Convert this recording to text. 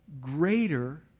greater